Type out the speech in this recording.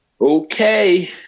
okay